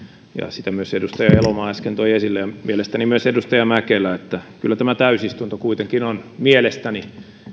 sitä myös edustaja elomaa äsken toi esille mielestäni myös edustaja mäkelä että kyllä tämä täysistunto kuitenkin on mielestäni